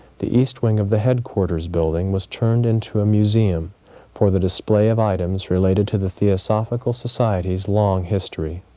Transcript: the east wing of the headquarters building was turned into a museum for the display of items related to the theosophical society's long history.